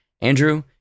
Andrew